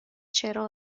چرا